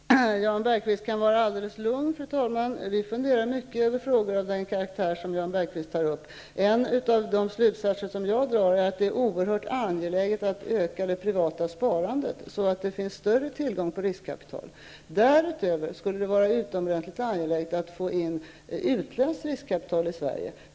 Fru talman! Jan Bergqvist kan vara alldeles lugn — vi funderar mycket över frågor av den karaktär som Jan Bergqvist nu tar upp. En av de slutsatser som jag drar är att det är oerhört angeläget att öka det privata sparandet, så att det blir större tillgång på riskkapital. Därutöver skulle det vara utomordentligt angeläget att få in utländskt riskkapital i Sverige.